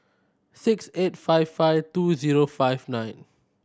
six eight five five two zero five nine